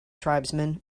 tribesman